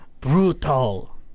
Brutal